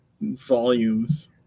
volumes